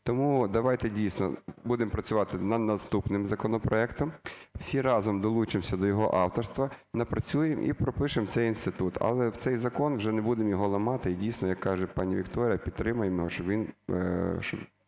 Тому давайте дійсно будемо працювати над наступним законопроектом, всі разом долучимося до його авторства, напрацюємо і пропишемо цей інститут. Але цей закон, вже не будемо його ламати, і дійсно, як каже пані Вікторія, підтримаємо його, щоб він,